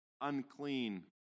unclean